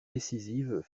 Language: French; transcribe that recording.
décisives